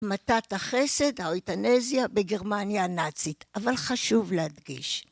המתת החסד, האויטנזיה בגרמניה הנאצית. אבל חשוב להדגיש,